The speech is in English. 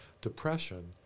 depression